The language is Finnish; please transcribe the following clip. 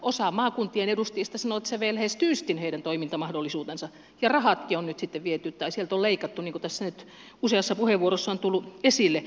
osa maakuntien edustajista sanoo että se vei lähes tyystin heidän toimintamahdollisuutensa ja rahatkin on nyt sitten viety tai sieltä on leikattu niin kuin tässä nyt useassa puheenvuorossa on tullut esille